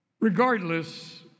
regardless